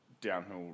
downhill